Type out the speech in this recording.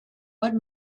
what